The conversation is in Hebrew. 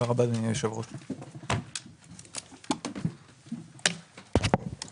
הישיבה ננעלה בשעה 15:18.